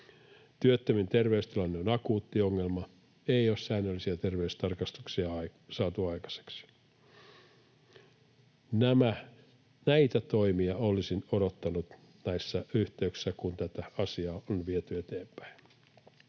työttömien terveystilanne on akuutti ongelma, ei ole säännöllisiä terveystarkastuksia saatu aikaiseksi — näitä toimia olisin odottanut näissä yhteyksissä, kun tätä asiaa on viety eteenpäin.